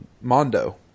Mondo